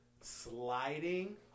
Sliding